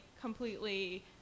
completely